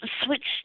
switch